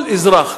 כל אזרח,